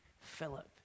Philip